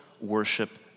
worship